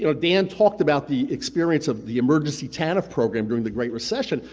you know dan talked about the experience of the emergency tanf program during the great recession,